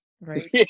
Right